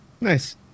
Nice